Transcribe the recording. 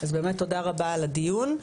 אז באמת תודה רבה על הדיון,